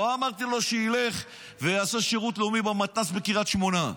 לא אמרתי לו שילך ויעשה שירות לאומי במתנ"ס בקריית שמונה,